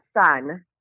son